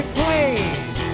please